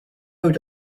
owed